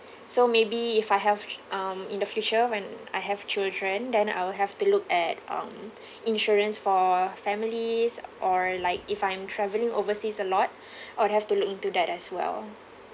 so maybe if I have um in the future when I have children then I'll have to look at um insurance for families or like if I'm travelling overseas a lot I'll have to look into that as well